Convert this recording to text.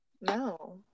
no